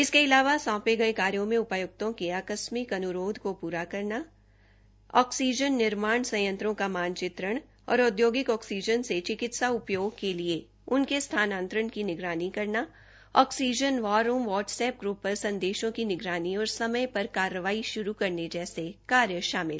इसके अलावा सौंपे गए कार्यो में उपायक्तों के आकस्मिक अनुरोधों को प्रा करना ऑक्सीजन निर्माण संयंत्रों का मानचित्रण और औदयोगिक ऑक्सीजन से चिकित्सा उपयोग के लिए उनके स्थान्तरण की निगरानी करना oxygen war room WhatsApp group पर संदेशों की निगरानी और समय पर कार्रवाई शरू करने जैसे कार्य शामिल हैं